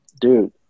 Dude